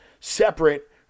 separate